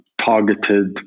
Targeted